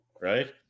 right